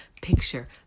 picture